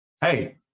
Hey